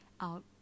out